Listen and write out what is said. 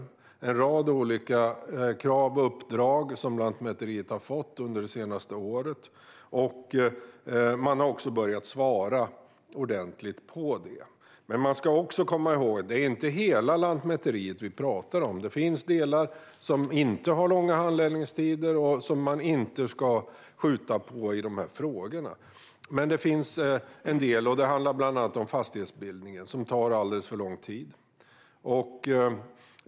Det är en rad olika krav och uppdrag som Lantmäteriet har fått under det senaste året, och man har också börjat svara ordentligt på dem. Men vi ska också komma ihåg att det inte är hela Lantmäteriet vi pratar om. Det finns delar inom myndigheten som inte har långa handläggningstider och som man inte ska skjuta på i de här frågorna. Men det finns en del saker, och det handlar bland annat om fastighetsbildningen, som tar alldeles för lång tid.